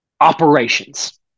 Operations